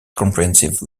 comprehensive